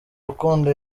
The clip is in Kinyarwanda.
rukundo